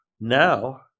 now